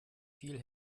viel